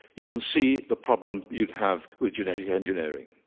you can see the problem you'd have with genetic engineering.